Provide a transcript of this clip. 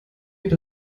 geht